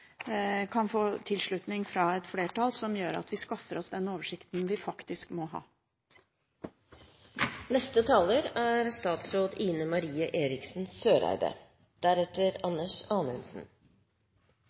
kan få tilslutning fra et flertall, som gjør at vi skaffer oss den oversikten vi faktisk må ha.